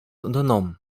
unternommen